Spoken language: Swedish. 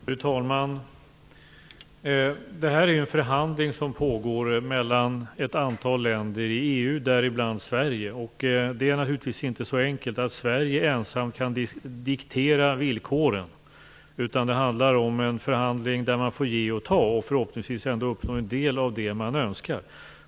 Fru talman! Detta är en förhandling som pågår mellan ett antal länder i EU, däribland Sverige. Det är naturligtvis inte så enkelt att Sverige ensamt kan diktera villkoren, utan det handlar om en förhandling där man får ge och ta, och förhoppningsvis uppnå en del av det man önskar.